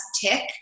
tick